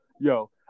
Yo